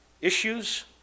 Issues